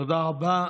תודה רבה.